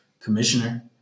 commissioner